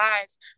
lives